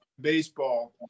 baseball